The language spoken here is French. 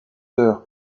heures